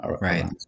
right